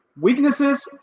weaknesses